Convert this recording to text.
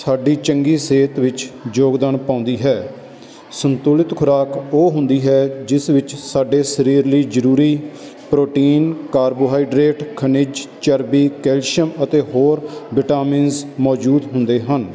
ਸਾਡੀ ਚੰਗੀ ਸਿਹਤ ਵਿੱਚ ਯੋਗਦਾਨ ਪਾਉਂਦੀ ਹੈ ਸੰਤੁਲਿਤ ਖੁਰਾਕ ਉਹ ਹੁੰਦੀ ਹੈ ਜਿਸ ਵਿੱਚ ਸਾਡੇ ਸਰੀਰ ਲਈ ਜ਼ਰੂਰੀ ਪ੍ਰੋਟੀਨ ਕਾਰਬੋਹਾਈਡ੍ਰੇਟ ਖਣਿਜ ਚਰਬੀ ਕੈਲਸ਼ੀਅਮ ਅਤੇ ਹੋਰ ਵਿਟਾਮਿਨਸ ਮੌਜੂਦ ਹੁੰਦੇ ਹਨ